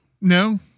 No